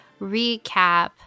recap